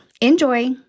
enjoy